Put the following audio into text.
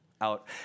out